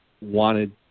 wanted